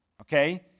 okay